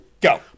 go